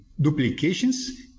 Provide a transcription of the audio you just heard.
duplications